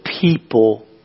people